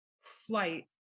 flight